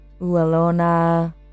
Ualona